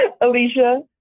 Alicia